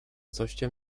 coście